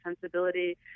sensibility